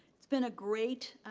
it's been a great,